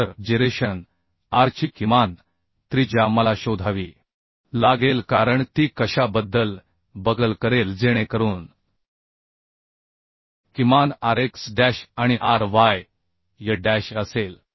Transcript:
तर जिरेशन आरची किमान त्रिज्या मला शोधावी लागेल कारण ती कशाबद्दल बकल करेल जेणेकरून किमान Rx डॅश आणि Ry डॅश असेल